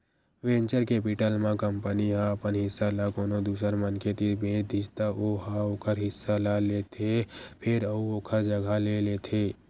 venture capital म company ह अपन हिस्सा ल कोनो दूसर मनखे तीर बेच दिस त ओ ह ओखर हिस्सा ल लेथे फेर अउ ओखर जघा ले लेथे